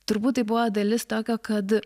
turbūt tai buvo dalis tokio kad